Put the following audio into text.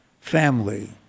family